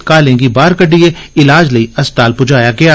घायलें गी बाहर कड्डियै इलाज लेई अस्पताल पजाया गेआ